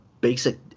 basic